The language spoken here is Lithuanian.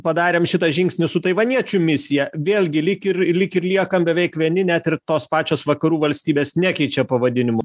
padarėm šitą žingsnį su taivaniečių misija vėlgi lyg ir lyg ir liekam beveik vieni net ir tos pačios vakarų valstybės nekeičia pavadinimų